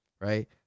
Right